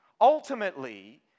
ultimately